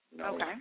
Okay